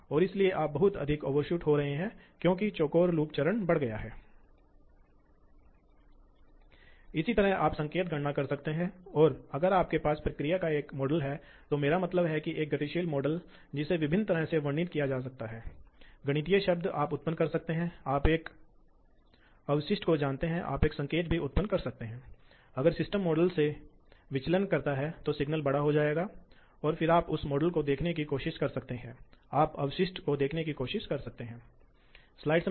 और अब ये फिर से इस स्रोत द्वारा नियंत्रित होते हैं इसलिए ये ये नियंत्रण इलेक्ट्रॉन हैं और एक बिजली इलेक्ट्रॉनिक्स को अक्सर माइक्रोप्रोसेसर आधारित द्वारा नियंत्रित किया जाता है कभी कभी इस मामले में वे आधुनिक मशीनें डीएसपी आधारित या डिजिटल सिग्नल प्रोसेसर आधारित ड्राइव बन रहे हैं जो बहुत प्रदान कर सकते हैं इन मशीनों के लिए बहुत परिष्कृत नियंत्रण